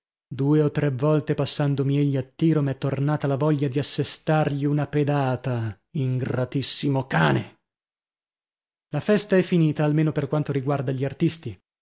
due o tre volte passandomi egli a tiro m'è tornata la voglia di assestargli una pedata ingratissimo cane la festa è finita almeno per quanto riguarda gli artisti